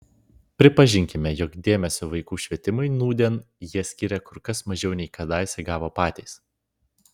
pripažinkime jog dėmesio vaikų švietimui nūdien jie skiria kur kas mažiau nei kadaise gavo patys